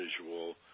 visual